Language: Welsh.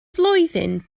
flwyddyn